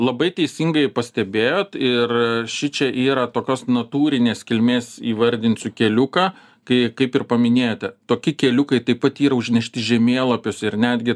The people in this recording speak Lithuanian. labai teisingai pastebėjot ir šičia yra tokios natūrinės kilmės įvardinsiu keliuką kai kaip ir paminėjote toki keliukai taip pat yra užnešti žemėlapiuose ir netgi